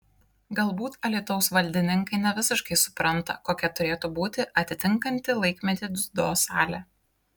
galbūt alytaus valdininkai ne visiškai supranta kokia turėtų būti atitinkanti laikmetį dziudo salė